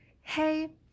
hey